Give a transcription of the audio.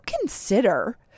consider